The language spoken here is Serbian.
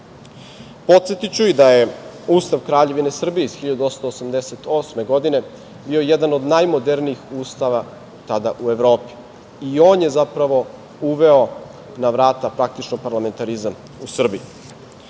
i da je Ustav Kraljevine Srbije iz 1888. godine bio jedan od najmodernijih ustava tada u Evropi. I on je zapravo uveo na vrata, praktično, parlamentarizam u Srbiji. Svako